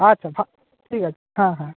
আচ্ছা ঠিক আছে হ্যাঁ হ্যাঁ